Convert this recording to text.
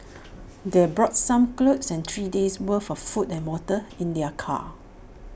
they brought some clothes and three days' worth of food and water in their car